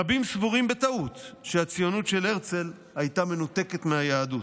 רבים סבורים בטעות שהציונות של הרצל הייתה מנותקת מהיהדות,